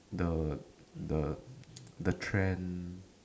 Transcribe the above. the the the trend